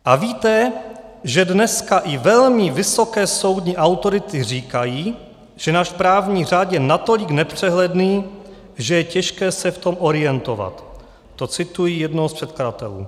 A víte, že dneska i velmi vysoké soudní autority říkají, že náš právní řád je natolik nepřehledný, že je těžké se v tom orientovat to cituji jednoho z předkladatelů.